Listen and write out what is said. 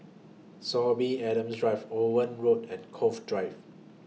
Sorby Adams Drive Owen Road and Cove Drive